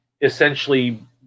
essentially